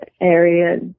area